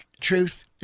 truth